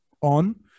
on